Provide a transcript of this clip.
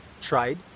tried